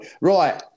Right